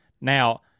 now